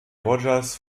rogers